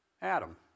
Adam